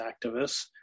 activists